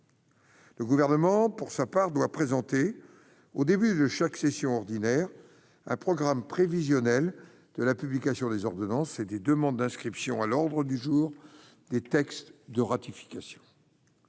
Le gouvernement, pour sa part, doit présenter au début de chaque session ordinaire, un programme prévisionnel de la publication des ordonnances et des demandes d'inscription à l'ordre du jour des textes de ratification.